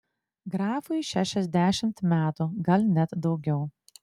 grafui šešiasdešimt metų gal net daugiau